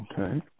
okay